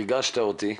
ריגשת אותי.